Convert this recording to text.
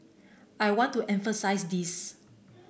I want to emphasise this